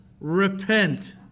repent